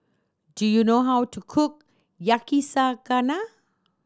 do you know how to cook Yakizakana